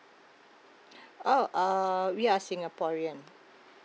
oh err we are singaporean